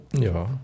Ja